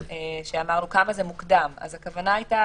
כששאלנו כמה זה מוקדם הכוונה הייתה